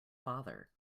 father